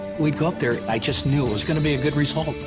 we'd go up there i just knew it was going to be a good result.